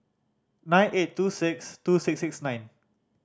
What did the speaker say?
nine eight two six two six six nine